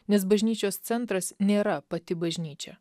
nes bažnyčios centras nėra pati bažnyčia